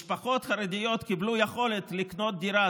משפחות חרדיות קיבלו יכולת לקנות דירה,